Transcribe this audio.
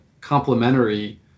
complementary